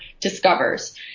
discovers